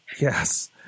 Yes